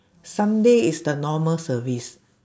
sunday is the normal service